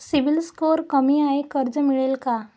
CIBIL score कमी आहे कर्ज मिळेल का?